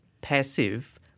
passive